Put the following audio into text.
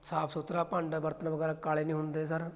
ਸਾਫ ਸੁਥਰਾ ਭਾਂਡਾ ਬਰਤਨ ਵਗੈਰਾ ਕਾਲੇ ਨਹੀਂ ਹੁੰਦੇ ਸਰ